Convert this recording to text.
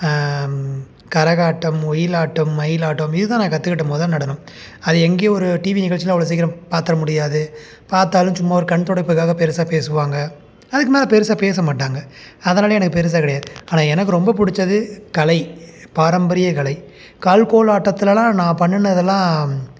கரகாட்டம் ஒயிலாட்டம் மயிலாட்டம் இது தான் நான் கத்துக்கிட்ட முத நடனம் அது எங்கேயோ ஒரு டீவி நிகழ்ச்சியில் அவ்வளோ சீக்கிரம் பார்த்துற முடியாது பார்த்தாலும் சும்மா ஒரு கண் துடைப்புக்காக பெருசாக பேசுவாங்க அதுக்கு மேலே பெருசாக பேசமாட்டாங்க அதனால் எனக்கு பெருசாக கிடையாது ஆனால் எனக்கு ரொம்ப பிடிச்சது கலை பாரம்பரியக்கலை கால்க்கோல் ஆட்டத்துலெலாம் நான் பண்ணுனதெல்லாம்